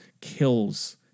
kills